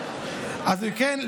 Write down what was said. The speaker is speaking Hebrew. אז אם כן,